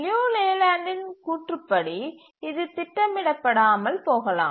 லியு லேலண்டின் கூற்றுப்படி இது திட்டமிடப்படாமல் போகலாம்